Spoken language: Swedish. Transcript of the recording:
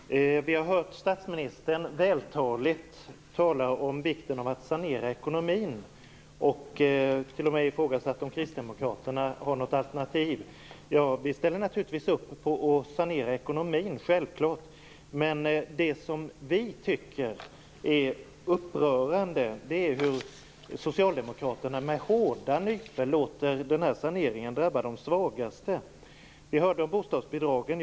Herr talman! Vi har hört statsministern vältaligt framhålla vikten av att sanera ekonomin. Han har även ifrågasatt om kristdemokraterna har något alternativ. Vi ställer oss naturligtvis bakom att sanera ekonomin, men det som vi tycker är upprörande är att socialdemokraterna med hårda nypor låter denna sanering drabba de svagaste. Bostadsbidragen har nämnts.